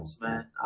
man